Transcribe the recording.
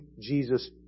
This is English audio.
Jesus